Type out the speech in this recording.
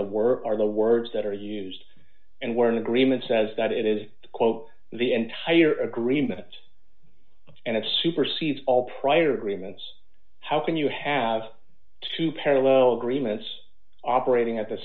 the word are the words that are used and we're in agreement says that it is to quote the end hire agreement and it supersedes all prior agreements how can you have two parallel agreements operating at the